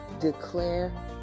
declare